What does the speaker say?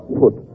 put